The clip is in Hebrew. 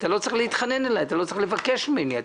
אתה לא צריך להתחנן אליי, אתה לא צריך לבקש ממני.